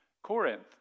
Corinth